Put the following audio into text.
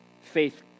Faith